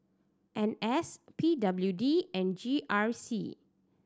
N S P W D and G R C